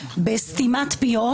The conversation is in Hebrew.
בסתימת פיות,